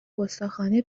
گستاخانه